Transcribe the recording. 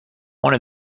one